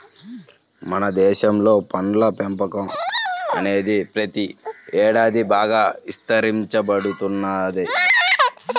మన దేశంలో పండ్ల పెంపకం అనేది ప్రతి ఏడాది బాగా విస్తరించబడుతున్నది